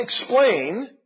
explain